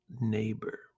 neighbor